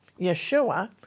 Yeshua